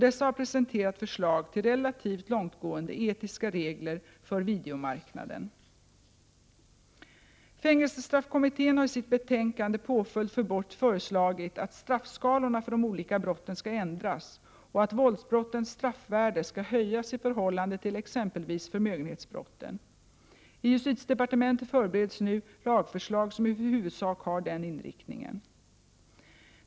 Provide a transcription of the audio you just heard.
Dessa har presenterat förslag till relativt långtgående etiska regler för videomarknaden. Fängelsestraffkommittén har i sitt betänkande Påföljd för brott föreslagit att straffskalorna för de olika brotten skall ändras och att våldsbrottens straffvärde skall höjas i förhållande till exempelvis förmögenhetsbrotten. I justitiedepartementet förbereds nu lagförslag som i huvudsak har denna inriktning.